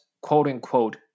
quote-unquote